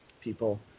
people